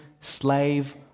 slave